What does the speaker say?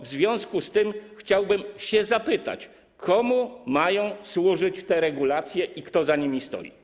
W związku z tym chciałbym zapytać: Komu mają służyć te regulacje i kto za nimi stoi?